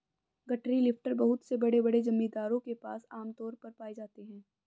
गठरी लिफ्टर बहुत से बड़े बड़े जमींदारों के पास आम तौर पर पाए जाते है